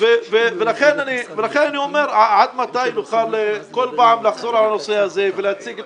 לכן אני שואל עד מתי נוכל כל פעם לחזור לנושא הזה ולהציג אותו.